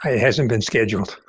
hasn't been scheduled.